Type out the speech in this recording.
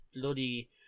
bloody